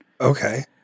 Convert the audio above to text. Okay